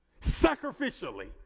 sacrificially